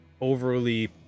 overly